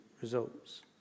results